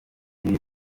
ibi